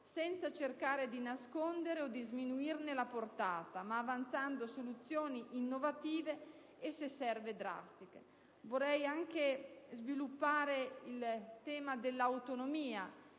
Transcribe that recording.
senza cercare di nasconderne o sminuirne la portata, ma avanzando soluzioni innovative e, se serve, drastiche. Vorrei anche sviluppare il tema dell'autonomia